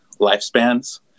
lifespans